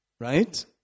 Right